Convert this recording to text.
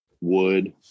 wood